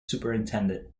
superintendent